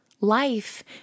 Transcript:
Life